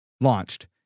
launched